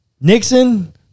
Nixon